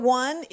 one